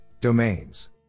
domains